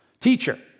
Teacher